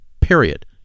Period